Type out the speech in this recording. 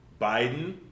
Biden